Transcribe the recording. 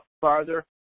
farther –